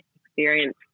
experience